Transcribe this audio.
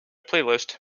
playlist